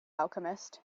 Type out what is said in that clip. alchemist